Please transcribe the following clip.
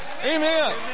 Amen